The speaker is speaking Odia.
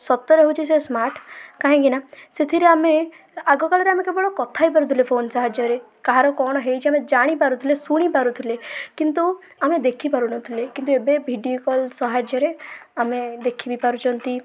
ସତରେ ହେଉଛି ସେ ସ୍ମାର୍ଟ କାହିଁକିନା ସେଥିରେ ଆମେ ଆଗକାଳରେ ଆମେ କେବଳ କଥା ହେଇପାରୁଥିଲେ ଫୋନ୍ ସାହାଯ୍ୟରେ କାହାର କଣ ହେଇଛି ଆମେ ଜାଣିପାରୁଥିଲେ ଶୁଣି ପାରୁଥିଲେ କିନ୍ତୁ ଆମେ ଦେଖି ପାରୁନଥିଲେ କିନ୍ତୁ ଏବେ ଭିଡ଼ିଓ କଲ୍ ସାହାଯ୍ୟରେ ଆମେ ଦେଖିବି ପାରୁଛନ୍ତି